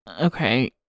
Okay